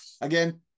again